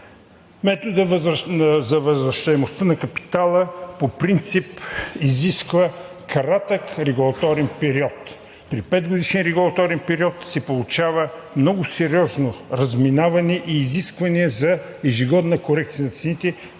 методът за възвръщаемостта на капитала по принцип изисква кратък регулаторен период. При петгодишен регулаторен период се получава много сериозно разминаване и изисквания за ежегодна корекция на цените,